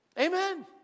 Amen